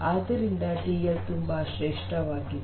ಆದ್ದರಿಂದ ಡಿಎಲ್ ತುಂಬಾ ಶ್ರೇಷ್ಠವಾಗಿದೆ